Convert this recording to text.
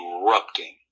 erupting